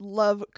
love